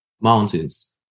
Mountains